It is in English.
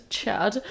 Chad